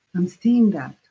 i'm seeing that.